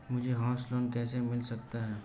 मुझे house loan कैसे मिल सकता है?